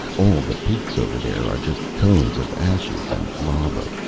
all the peaks over there are just cones of ashes and lava.